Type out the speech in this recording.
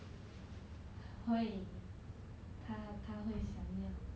会他他会想要